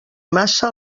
massa